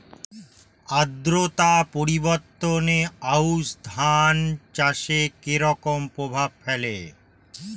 আদ্রতা পরিবর্তন আউশ ধান চাষে কি রকম প্রভাব ফেলে?